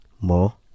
more